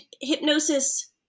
hypnosis